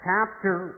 chapter